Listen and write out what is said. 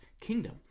kingdom